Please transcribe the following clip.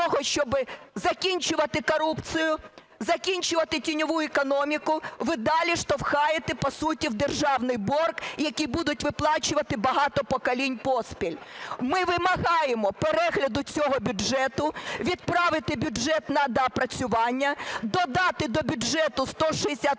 Ми вимагаємо перегляду цього бюджету. Відправити бюджет на доопрацювання, додати до бюджету 161 мільярд